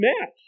match